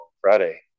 Friday